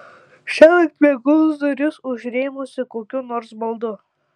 šiąnakt miegos duris užrėmusi kokiu nors baldu